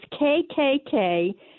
KKK